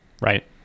right